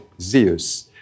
Zeus